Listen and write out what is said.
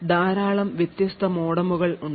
ധാരാളം വ്യത്യസ്ത മോഡമുകൾ ഉണ്ട്